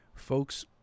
folks